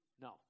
No